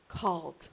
Called